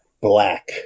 black